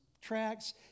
tracks